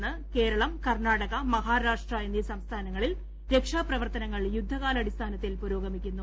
മഴക്കെടുതിയെ തുട്ടർന്ന് കേരളം കർണാടക ന് മഹാരാഷ്ട്ര എന്നീ സംസ്ഥാനങ്ങളിൽ രക്ഷാപ്രവർത്തന്ങൾ യുദ്ധകാലാടിസ്ഥാനത്തിൽ പുരോഗമിക്കുന്നു